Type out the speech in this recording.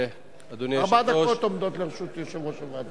ארבע דקות עומדות לרשות יושב-ראש הוועדה.